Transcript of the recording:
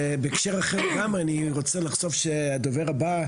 ובהקשר אחר גם אני רוצה לחשוף שהדובר הבא,